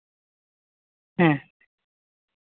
ᱦᱮᱸ